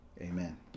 Amen